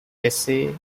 essay